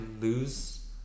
lose